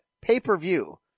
pay-per-view